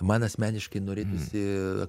man asmeniškai norėtųsi